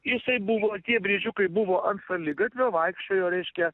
jisai buvo tie briedžiukai buvo ant šaligatvio vaikščiojo reiškia